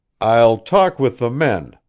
i'll talk with the men,